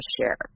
share